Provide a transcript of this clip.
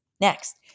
Next